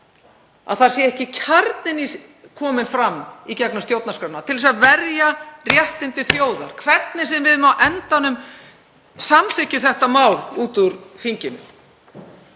að það sé ekki kominn fram kjarni í gegnum stjórnarskrána til þess að verja réttindi þjóðar, hvernig sem við á endanum samþykkjum þetta mál út úr þinginu,